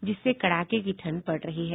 जिससे कड़ाके की ठंड पड़ रही है